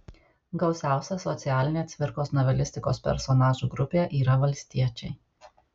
gausiausia socialinė cvirkos novelistikos personažų grupė yra valstiečiai